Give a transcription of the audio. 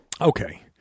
okay